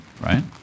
right